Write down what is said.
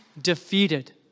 defeated